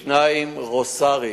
רוס"רים,